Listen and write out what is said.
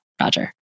Roger